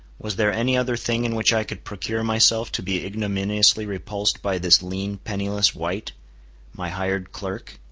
was there any other thing in which i could procure myself to be ignominiously repulsed by this lean, penniless wight my hired clerk?